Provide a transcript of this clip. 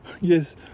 yes